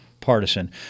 Partisan